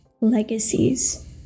legacies